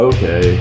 Okay